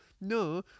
No